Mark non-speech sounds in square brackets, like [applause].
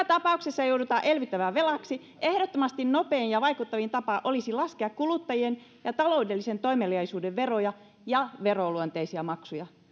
[unintelligible] tapauksessa joudutaan elvyttämään velaksi ehdottomasti nopein ja vaikuttavin tapa olisi laskea kuluttajien ja taloudellisen toimeliaisuuden veroja ja veronluonteisia maksuja